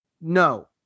No